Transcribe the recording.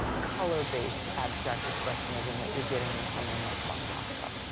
color-based abstract expressionism that you're getting in someone like mark rothko.